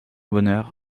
bonheur